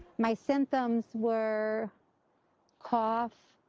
my symptoms were cough,